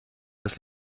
das